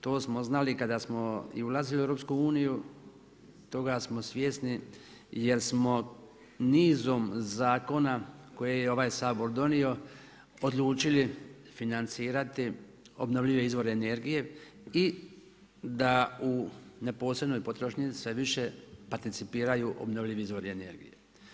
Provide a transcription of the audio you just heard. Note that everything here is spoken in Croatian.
To smo znali kada smo i ulazi u EU, toga smo svjesni jer smo nizom zakona koje je ovaj Sabor donio odlučili financirati obnovljive izvore energije i da u neposrednoj potrošnji sve više participiraju obnovljivi izvori energije.